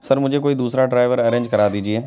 سر مجھے کوئی دوسرا ڈرائیور ارینج کرا دیجیے